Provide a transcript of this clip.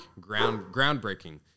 groundbreaking